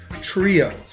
Trio